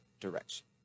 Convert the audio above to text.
direction